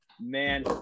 Man